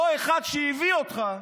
אותו אחד שהביא אותך,